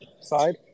side